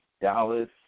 Dallas